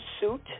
suit